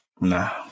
Nah